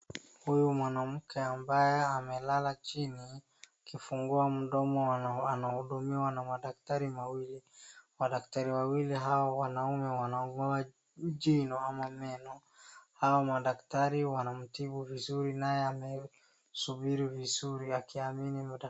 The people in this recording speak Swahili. Huyu mwanamke ambaye amelala chini akifungua mdomo anahudumiwa na madaktari mawili. Madaktari wawili hawa wanaume wanagoa jino ama meno. Hawa madaktari wanamtibu vizuri naye amesubiri vizuri akiamini.